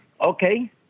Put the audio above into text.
Okay